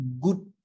good